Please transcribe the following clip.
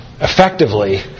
effectively